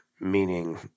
meaning